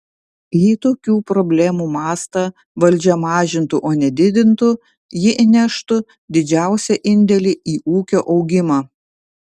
jei tokių problemų mastą valdžia mažintų o ne didintų ji įneštų didžiausią indėlį į ūkio augimą